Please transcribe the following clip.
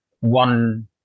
one